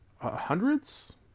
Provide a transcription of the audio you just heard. hundreds